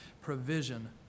provision